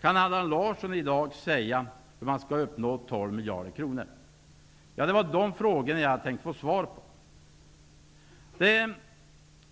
Kan Allan Larsson i dag säga hur man skall uppnå 12 miljarder kronor? Det var de frågor jag ville ha svar på.